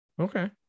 Okay